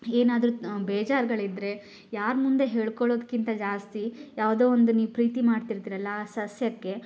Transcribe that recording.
ಏನಾದರೂ ಬೇಜಾರುಗಳಿದ್ರೆ ಯಾರ ಮುಂದೆ ಹೇಳ್ಕೊಳ್ಳೋದ್ಕಿಂತ ಜಾಸ್ತಿ ಯಾವುದೋ ಒಂದು ನೀವು ಪ್ರೀತಿ ಮಾಡ್ತಿರ್ತೀರಲ್ಲ ಆ ಸಸ್ಯಕ್ಕೆ